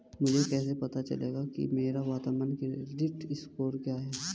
मुझे कैसे पता चलेगा कि मेरा वर्तमान क्रेडिट स्कोर क्या है?